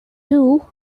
too